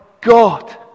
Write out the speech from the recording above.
God